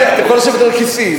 אתה יכול לשבת על כיסאי,